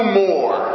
more